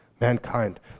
mankind